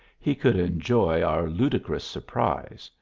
he could enjoy our ludicrous surprise,